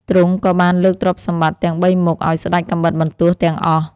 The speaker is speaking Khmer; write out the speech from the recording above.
ទ្រង់ក៏បានលើកទ្រព្យសម្បត្តិទាំងបីមុខឱ្យស្ដេចកាំបិតបន្ទោះទាំងអស់។